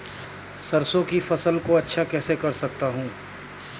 सरसो की फसल को अच्छा कैसे कर सकता हूँ?